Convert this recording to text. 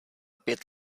pět